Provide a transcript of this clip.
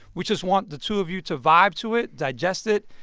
we just want the two of you to vibe to it, digest it.